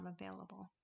available